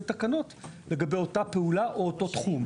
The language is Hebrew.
תקנות לגבי אותה פעולה או אותו תחום.